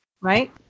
Right